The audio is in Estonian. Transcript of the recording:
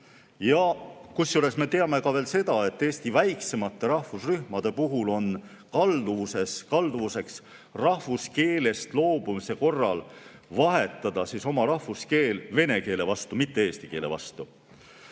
Kusjuures me teame ka seda, et Eesti väiksemate rahvusrühmade puhul on kalduvus rahvuskeelest loobumise korral vahetada oma rahvuskeel vene keele vastu, mitte eesti keele vastu.